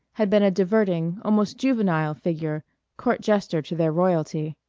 had been a diverting, almost juvenile, figure court jester to their royalty.